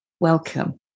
Welcome